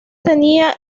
tenía